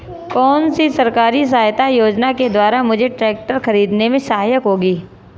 कौनसी सरकारी सहायता योजना के द्वारा मुझे ट्रैक्टर खरीदने में सहायक होगी?